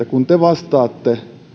kun te vastaatte